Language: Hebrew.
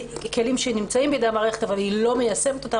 כלים שנמצאים בידי המערכת אבל היא לא מיישמת אותם,